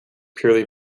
purely